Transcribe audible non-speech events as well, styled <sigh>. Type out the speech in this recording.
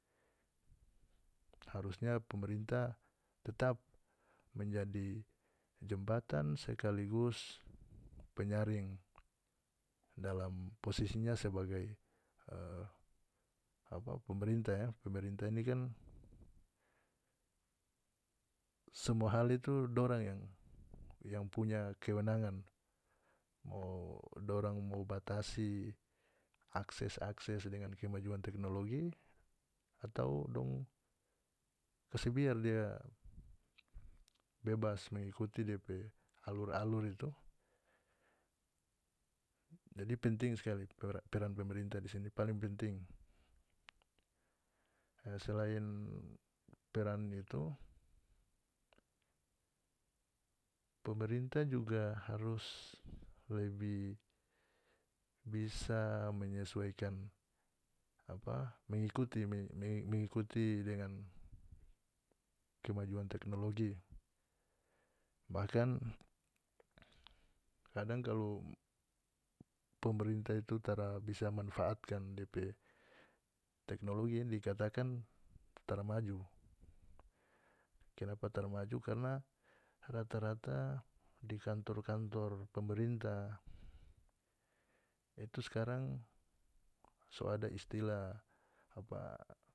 Harunya pemerintah tetap menjadi jembatan sekaligus <noise> penyaring dalam posisinya sebagai e apa pemerintah ya pemerintah ini kan <noise> semua hal itu dorang yang punya kewenangan mo dorang mo batasi akses-akses dengan kemajuan teknologi atau dong kase biar dia bebas mengikuti depe alur-alur itu jadi penting sekali peran pemerintah di sini paling penting e selain peran itu pemerintah juga harus lebih bisa menyesuaikan apa mengikuti <hesitation> mengikuti dengan kemajuan teknologi bahkan kadang kalau pemerintah itu kalu tara bisa manfaatkan depe teknologi yang dikatakan tara maju kenapa tara maju karna rata-rata di kantor-kantor pemerintah itu skarang so ada istilah apa.